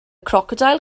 crocodile